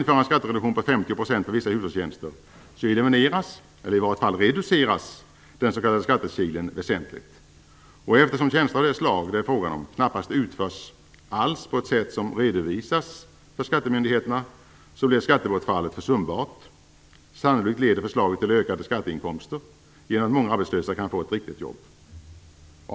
för vissa hushållstjänster elimineras, eller i vart fall reduceras, den s.k. skattekilen väsentligt. Eftersom tjänster av det slag som det är fråga om knappast utförs alls på ett sätt som redovisas för skattemyndigheterna blir skattebortfallet försumbart. Sannolikt leder förslaget till ökade skatteinkomster genom att många arbetslösa kan få ett riktigt jobb.